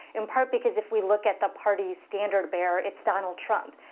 in part because, if we look at the party standard-bearer, it's donald trump.